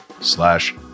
slash